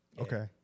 Okay